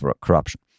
corruption